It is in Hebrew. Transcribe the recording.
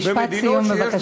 משפט סיום בבקשה.